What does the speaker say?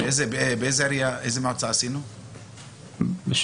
אני מדברת על